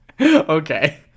Okay